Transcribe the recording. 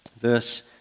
verse